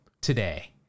today